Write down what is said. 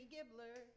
Gibbler